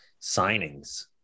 signings